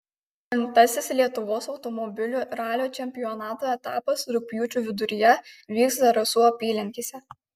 penktasis lietuvos automobilių ralio čempionato etapas rugpjūčio viduryje vyks zarasų apylinkėse